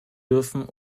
dürfen